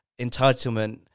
entitlement